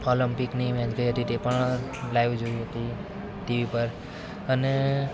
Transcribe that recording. ઓલિમ્પિકની match થઈ હતી તે પણ લાઈવ જોઈ હતી ટીવી પર અને